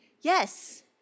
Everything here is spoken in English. Yes